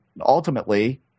ultimately